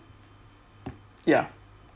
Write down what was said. ya